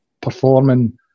performing